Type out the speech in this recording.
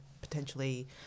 potentially